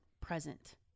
present